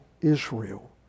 Israel